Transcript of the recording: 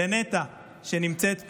לנטע, שנמצאת פה,